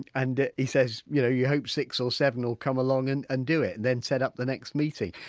and he says you know you hope six or seven will come along and and do it and then set up the next meeting.